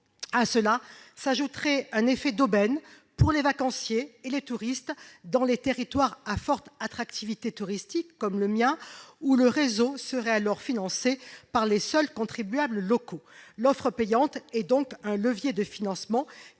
À cela s'ajouterait un effet d'aubaine pour les vacanciers et les touristes dans les territoires à forte attractivité touristique, comme le mien, où le réseau serait alors financé par les seuls contribuables locaux. L'offre payante est donc un levier de financement